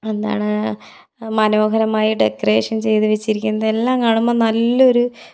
എന്താണ് മനോഹരമായി ഡെക്കറേഷൻ ചെയ്തു വെച്ചിരിക്കുന്നത് എല്ലാം കാണുമ്പോൾ നല്ല ഒരു